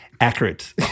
accurate